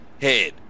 head